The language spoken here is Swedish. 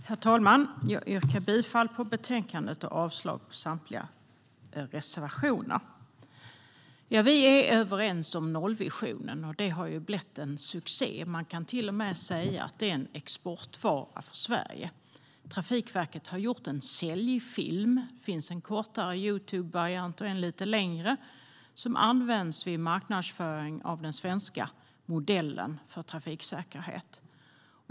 Herr talman! Jag yrkar bifall till utskottets förslag i betänkandet och avslag på samtliga reservationer. Vi är överens om nollvisionen. Den har blivit en succé. Man kan till och med säga att den är en exportvara för Sverige. Trafikverket har gjort en säljfilm - det finns en kortare Youtubevariant och en lite längre - som används vid marknadsföring av den svenska modellen för trafiksäkerhet.